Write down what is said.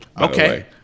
Okay